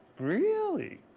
really?